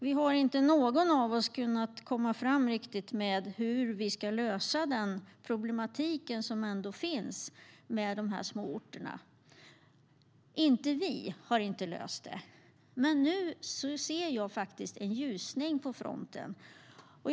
Vi har inte någon av oss riktigt kunnat komma fram till hur vi ska lösa problematiken med de små orterna. Vi har inte löst det. Men nu ser jag faktiskt en ljusning på den här fronten.